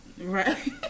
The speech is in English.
Right